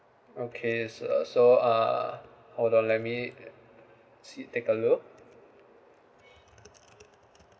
okay so so uh hold on let me uh see take a look